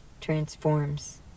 transforms